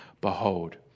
Behold